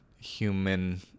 human